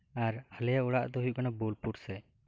ᱟᱨ ᱟᱞᱮᱭᱟᱜ ᱚᱲᱟᱜ ᱫᱚ ᱦᱩᱭᱩᱜ ᱠᱟᱱᱟ ᱵᱳᱞᱯᱩᱨ ᱥᱮᱱ